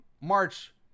March